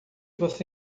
você